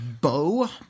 bow